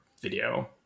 video